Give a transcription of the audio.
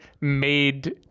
made